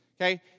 Okay